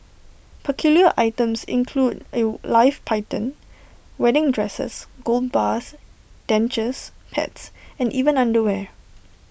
peculiar items include A live python wedding dresses gold bars dentures pets and even underwear